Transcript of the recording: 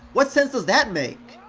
what sense does that make?